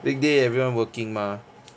weekday everyone working mah